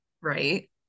right